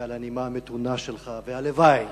על הנימה המתונה שלך, והלוואי